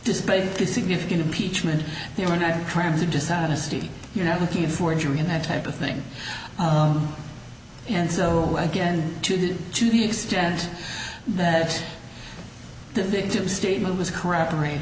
despite the significant impeachment there are not crimes of dishonesty you know looking at forgery and that type of thing and so again to the to the extent that the victim's statement was corroborate